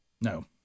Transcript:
No